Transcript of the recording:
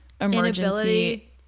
emergency